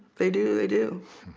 they do they do